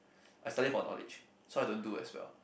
I study for knowledge so I don't do as well